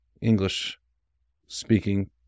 English-speaking